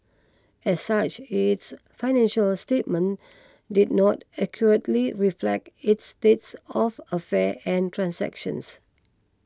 as such its financial statements did not accurately reflect its states of affairs and transactions